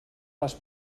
les